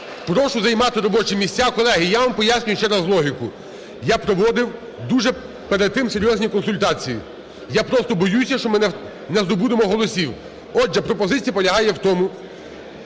Прошу займати робочі місця. Колеги, я вам пояснюю ще раз логіку, я проводив дуже перед тим серйозні консультації. Я просто боюся, що ми не здобудемо голосів. Отже, пропозиція полягає в тому…